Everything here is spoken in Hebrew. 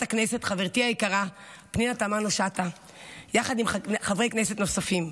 הכנסת חברתי היקרה פנינה תמנו שטה יחד עם חברי כנסת נוספים.